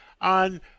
on